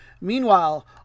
Meanwhile